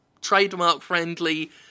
trademark-friendly